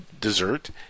dessert